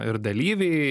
ir dalyviai